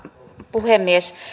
puhemies